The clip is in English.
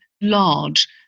large